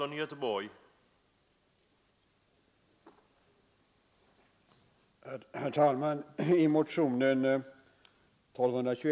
Jag har inget yrkande.